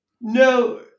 No